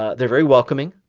ah they're very welcoming.